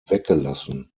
weggelassen